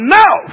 now